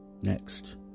next